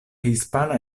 hispana